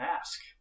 ask